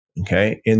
okay